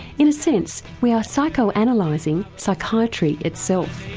in a sense we are psychoanalysing psychiatry itself.